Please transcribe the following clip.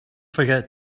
forget